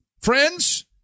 Friends